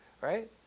Right